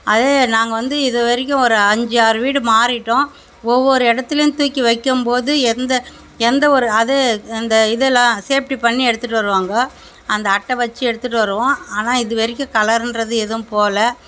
அது நாங்கள் வந்து இதுவரைக்கும் ஒரு அஞ்சாறு வீடு மாறிவிட்டோம் ஒவ்வொரு இடத்துலையும் தூக்கி வைக்கும்போது எந்த எந்த ஒரு அது இந்த இதெலாம் சேஃப்ட்டி பண்ணி எடுத்துகிட்டு வருவாங்க அந்த அட்டை வச்சு எடுத்துகிட்டு வருவோம் ஆனால் இதுவரைக்கும் கலர்கிறது எதுவும் போகல